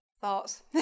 thoughts